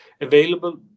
available